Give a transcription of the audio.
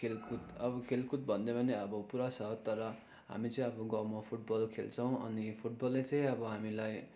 खेलकुद अब खेलकुद भन्दामा नै अब पुरा छ तर हामी चाहिँ अब गाउँमा फुटबल खेल्छौँ अनि फुटबलले चाहिँ अब हामीलाई